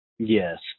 Yes